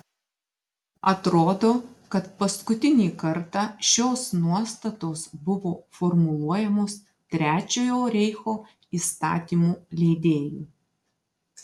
atrodo kad paskutinį kartą šios nuostatos buvo formuluojamos trečiojo reicho įstatymų leidėjų